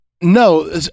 No